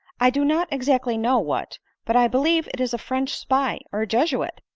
i do not exactly know what but i believe it is a french spy or a jesuit.